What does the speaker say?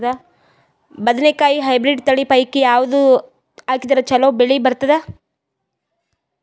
ಬದನೆಕಾಯಿ ಹೈಬ್ರಿಡ್ ತಳಿ ಪೈಕಿ ಯಾವದು ಹಾಕಿದರ ಚಲೋ ಬೆಳಿ ಬರತದ?